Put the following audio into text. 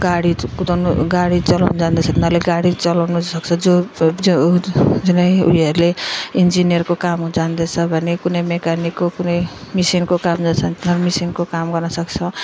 गाडी कुदाउनु गाडी चलाउनु जान्दछ तिनीहरूले गाडी चलाउनु सक्छ जो जो जुनै उयोहरूले इन्जिनियरको कामहरू जान्दछ भने कुनै मेकानिकको कुनै मेसिनको काम जान्दछ त मेसिनको काम गर्न सक्छ